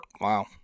Wow